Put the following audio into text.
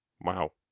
Wow